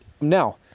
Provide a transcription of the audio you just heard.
now